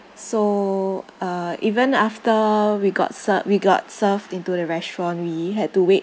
so uh even after we got se~ we got served into the restaurant we had to wait